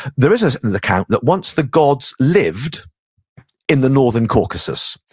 there is an account that once the gods lived in the northern caucasus.